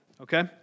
okay